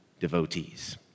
devotees